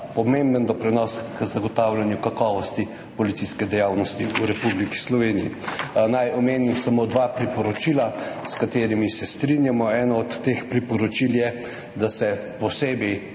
pomemben doprinos k zagotavljanju kakovosti policijske dejavnosti v Republiki Sloveniji. Naj omenim samo dve priporočili, s katerima se strinjamo. Eno od teh priporočil je, da se posebej